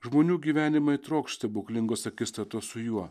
žmonių gyvenimai trokš stebuklingos akistatos su juo